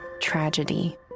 tragedy